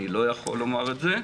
אני לא יכול לומר את זה.